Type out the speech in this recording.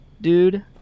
dude